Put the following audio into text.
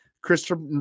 Christopher